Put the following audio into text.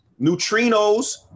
neutrinos